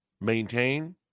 maintain